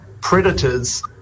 predators